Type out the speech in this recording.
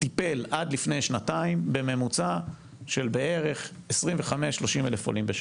טיפל עד לפני שנתיים בממוצע ב-25,000 עד 30,000 עולים בשנה,